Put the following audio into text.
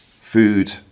food